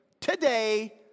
today